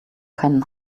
keinen